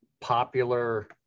popular